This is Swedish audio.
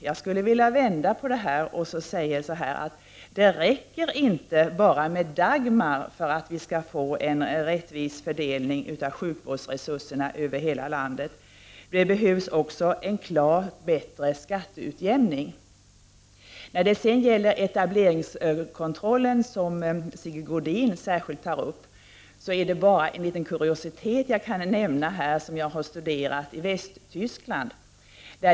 Jag skulle vilja vända på detta och säga att det inte räcker bara med Dagmarsystemet för att få en rättvis fördelning av sjukvårdsresurserna över hela landet. Det behövs också en klart bättre skatteutjämning. När det sedan gäller etableringskontrollen, som Sigge Godin särskilt tar upp, kan jag bara som en liten kuriositet nämna vad som har skett i Västtyskland.